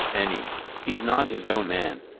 any he's not his own man.